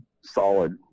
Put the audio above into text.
solid